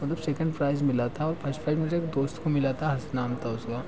मतलब second prize मिला था और फस्ट प्राइज मुरे दोस्त को मिला था हर्ष नाम था उसका